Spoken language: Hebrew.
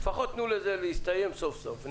לפחות תנו לזה להסתיים סוף סוף.